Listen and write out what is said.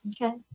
Okay